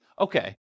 okay